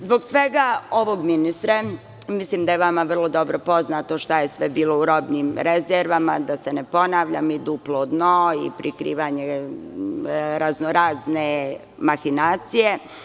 Zbog svega ovog, ministre, mislim da je vama veoma dobro poznato šta je sve bilo u robnim rezervama, da se ne ponavljam, i duplo dno, i prikrivanje raznorazne mahinacije.